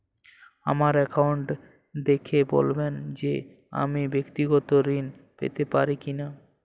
আমার অ্যাকাউন্ট দেখে বলবেন যে আমি ব্যাক্তিগত ঋণ পেতে পারি কি না?